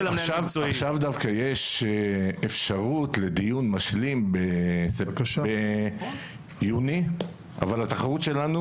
יש אפשרות לדיון משלים ביוני אבל התחרות שלנו